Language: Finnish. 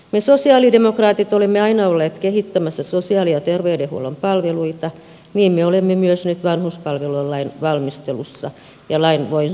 me sosialidemokraatit olemme aina olleet kehittämässä sosiaali ja terveydenhuollon palveluita niin me olemme myös nyt vanhuspalvelulain valmistelussa ja lain voimaan saattamisessa